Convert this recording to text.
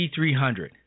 C300